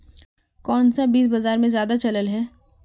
कोन सा बीज बाजार में ज्यादा चलल है?